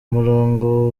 murongo